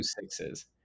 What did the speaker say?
sixes